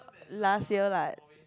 last year like